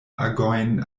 agojn